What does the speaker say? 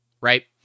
right